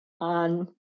on